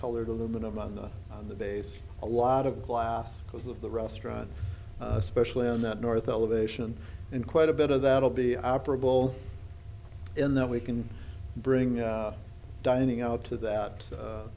colored aluminum on the on the base a lot of glass because of the restaurant especially on that north elevation and quite a bit of that will be operable in that we can bring dining out to that